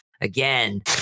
again